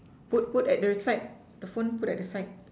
put put at the side the phone the phone put at the side